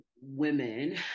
women